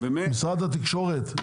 משרד התקשורת,